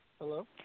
Hello